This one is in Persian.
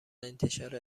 انتشار